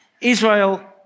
Israel